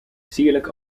sierlijk